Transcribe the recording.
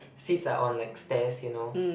seats are on like stairs you know